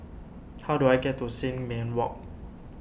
how do I get to Sin Ming Walk